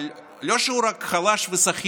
אבל לא רק שהוא חלש וסחיט